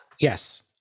Yes